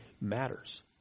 matters